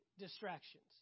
distractions